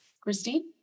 Christine